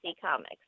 Comics